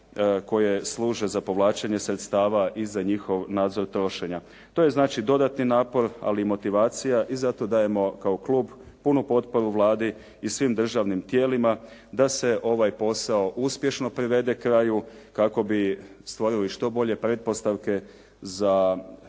koje služe za povlačenje sredstava i za njihov nadzor trošenja. To je znači dodatni napor ali i motivacija i zato dajemo kao klub punu potporu Vladi i svim državnim tijelima da se ovaj posao uspješno privede kraju kako bi stvorili što bolje pretpostavke za danas,